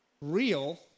real